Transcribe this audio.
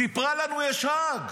סיפרה לנו: יש האג.